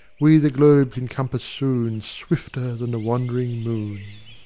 we the globe can compass soon, swifter than the wand'ring moon.